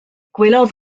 gwelodd